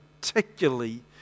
particularly